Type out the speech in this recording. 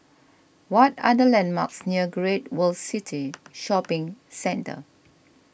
what are the landmarks near Great World City Shopping Centre